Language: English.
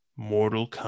Mortal